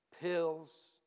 pills